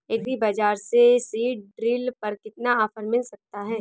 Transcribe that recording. Agree बाजार से seed drill पर कितना ऑफर मिल सकता है?